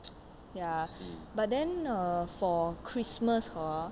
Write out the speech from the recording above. ya but then err for christmas hor